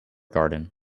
garden